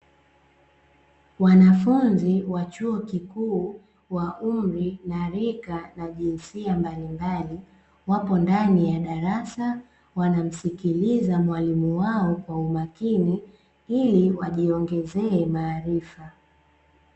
Wanafunzi wa chuo kikuu, wa umri na rika na jinsia mbalimbali, wapo ndani ya darasa, wanamsikiliza mwalimu wao kwa umakini, ili wajiongezee maarifa.